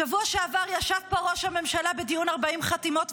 בשבוע שעבר ישב פה ראש הממשלה בדיון 40 חתימות,